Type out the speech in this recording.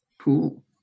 Cool